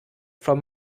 from